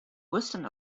western